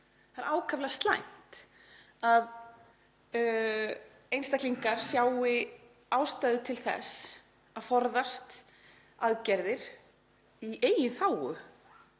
Það er ákaflega slæmt að einstaklingar sjái ástæðu til þess að forðast aðgerðir í eigin þágu,